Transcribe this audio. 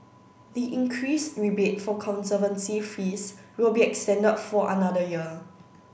the increased rebate for conservancy fees will be extended for another year